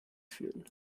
fühlen